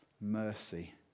mercy